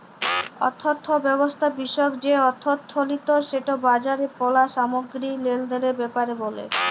অথ্থব্যবস্থা বিষয়ক যে অথ্থলিতি সেট বাজারে পল্য সামগ্গিরি লেলদেলের ব্যাপারে ব্যলে